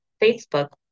Facebook